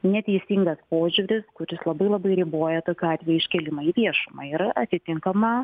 neteisingas požiūris kuris labai labai riboja tokiu atveju iškėlimą į viešumą yra atitinkama